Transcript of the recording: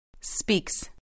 Speaks